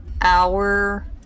hour